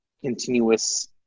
continuous